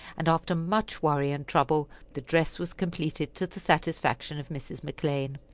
and, after much worry and trouble, the dress was completed to the satisfaction of mrs. mcclean.